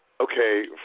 okay